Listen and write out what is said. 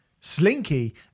Slinky